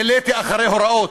מילאתי אחרי הוראות,